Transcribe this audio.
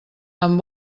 amb